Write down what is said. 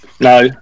No